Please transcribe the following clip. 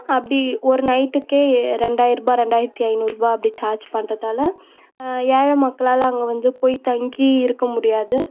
அப்படி ஒரு நைட்டுக்கே ஏ ரெண்டாயிரூபா ரெண்டாயிரத்து ஐநூறுரூபா அப்படி சார்ஜ் பண்ணுறதால ஏழ மக்களால் அங்கேவந்து போய் தங்கி இருக்க முடியாது